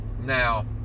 Now